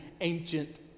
ancient